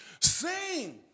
Sing